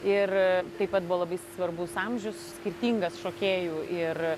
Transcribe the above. ir taip pat buvo labai svarbus amžius skirtingas šokėjų ir